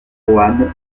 roanne